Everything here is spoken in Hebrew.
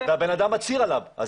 הבן אדם מצהיר עליו.